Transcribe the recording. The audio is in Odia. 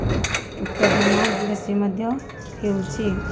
ଉତ୍ପାଦନ ବେଶୀ ମଧ୍ୟ ହେଉଛି